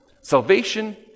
Salvation